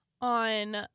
on